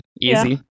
Easy